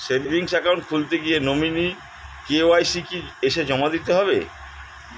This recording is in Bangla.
সেভিংস একাউন্ট খুলতে গিয়ে নমিনি কে.ওয়াই.সি কি এসে জমা দিতে হবে?